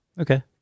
Okay